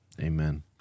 amen